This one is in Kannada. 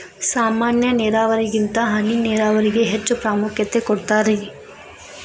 ಸಾಮಾನ್ಯ ನೇರಾವರಿಗಿಂತ ಹನಿ ನೇರಾವರಿಗೆ ಹೆಚ್ಚ ಪ್ರಾಮುಖ್ಯತೆ ಕೊಡ್ತಾರಿ